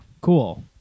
Cool